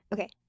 Okay